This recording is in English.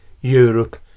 Europe